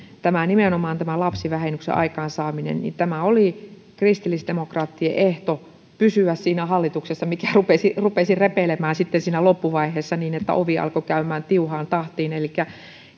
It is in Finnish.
nimenomaan tämä lapsivähennyksen aikaansaaminen oli kristillisdemokraattien ehto pysyä siinä hallituksessa mikä rupesi rupesi repeilemään sitten siinä loppuvaiheessa niin että ovi alkoi käymään tiuhaan tahtiin elikkä